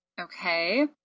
Okay